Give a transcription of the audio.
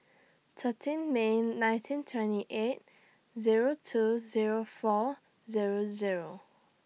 thirteen May nineteen twenty eight Zero two Zero four Zero Zero